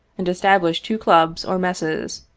and established two clubs or messes,